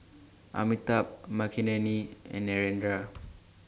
Amitabh Makineni and Narendra